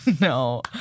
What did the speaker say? No